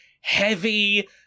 heavy